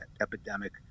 epidemic